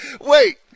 Wait